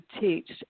teach